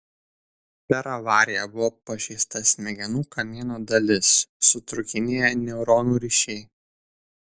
per avariją buvo pažeista smegenų kamieno dalis sutrūkinėję neuronų ryšiai